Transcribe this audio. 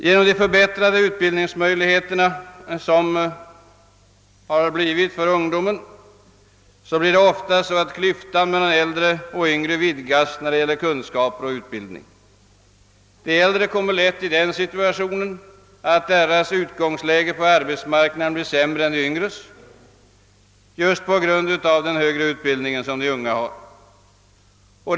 Genom de förbättrade utbildningsmöjligheter som skapas för ungdomen vidgas ofta klyftan mellan äldre och yngre när det gäller kunskaper och utbildning. De äldres utgångsläge på arbetsmarknaden blir lätt sämre än de yngres just på grund av den utbildning som de yngre har fått.